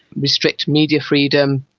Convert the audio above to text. restrict media freedom,